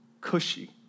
cushy